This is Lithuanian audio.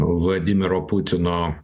vladimiro putino